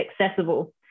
accessible